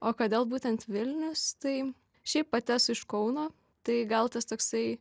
o kodėl būtent vilnius tai šiaip pati esu iš kauno tai gal tas toksai